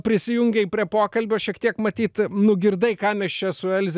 prisijungei prie pokalbio šiek tiek matyt nugirdai ką mes čia su elze